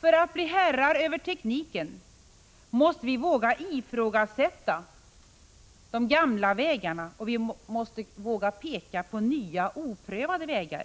För att bli herrar över tekniken måste vi våga ifrågasätta de gamla vägarna och våga peka på nya oprövade vägar.